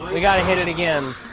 we we got to hit it again.